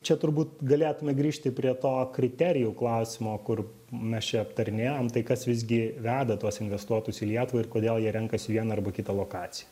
čia turbūt galėtume grįžti prie to kriterijų klausimo kur mes čia aptarinėjom tai kas visgi veda tuos investuotojus į lietuvą ir kodėl jie renkasi vieną arba kitą lokaciją